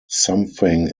something